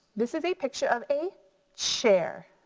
this is a picture of a chair,